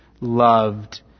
loved